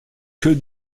que